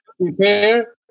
prepare